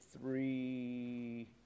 three